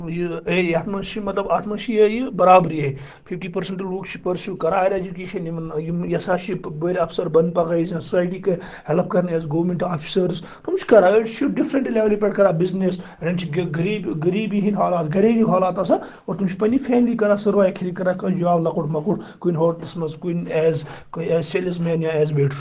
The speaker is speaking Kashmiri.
یہِ یتھ منٛز چھِ مطلب اتھ منٛز چھِ یہے یہِ برابر یِہے فِفٹی پٔرسنٹ لُکھ چھِ پٔرسو کران ہایر ایٚجوکیشن یِمن یِم یژھان چِھ بٔڑۍ افسر بنُن پگاہ یُس زَن سوسایٹی کرِ ہیٚلٕپ کرنہِ یا گورمیٚنٹ آفسٲرٕس یِم چِھ کران أڑۍ چِھ ڈفرینٹ لیولہِ پٮ۪ٹھ کران بزنٮ۪س أڑن چِھ غریب غریبی ہِنٛد حالات گریلو حالات آسن اور تِم چھِ پَننہِ فیملی کران سروایو یِتھ کٔنۍ کران کانٛہہ جاب لۄکُٹ مۄکُٹ کُنہ ہوٗٹلس منٛز کُنہ ایز یا سیلٕز مین یا ایز ویٹر